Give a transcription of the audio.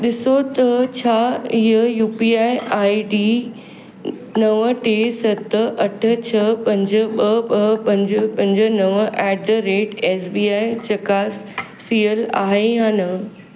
ॾिसो त छा इहो U P I I D नव टे सत अठ छह पंज ॿ ॿ पंज पंज नव at the rate S B I चकासियलु आहे या न